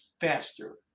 faster